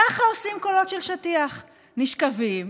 ככה עושים קולות של שטיח: נשכבים